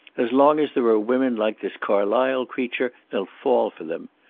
as long as there are women like this carlysle creature they'll fall for them.